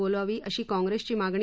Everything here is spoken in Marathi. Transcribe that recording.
बोलवावी अशी काँग्रेसची मागणी